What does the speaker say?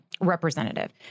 Representative